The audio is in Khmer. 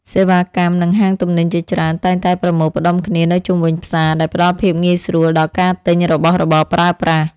សេវាកម្ម និងហាងទំនិញជាច្រើនតែងតែប្រមូលផ្តុំគ្នានៅជុំវិញផ្សារដែលផ្តល់ភាពងាយស្រួលដល់ការទិញរបស់របរប្រើប្រាស់។